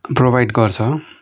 provide गर्छ